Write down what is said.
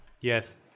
Yes